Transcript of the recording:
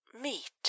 meat